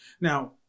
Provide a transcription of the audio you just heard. Now